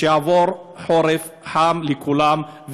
שיעבור חורף חם על כולם,